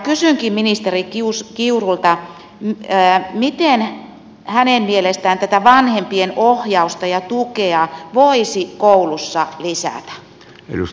kysynkin ministeri kiurulta miten hänen mielestään tätä vanhempien ohjausta ja tukea voisi koulussa lisätä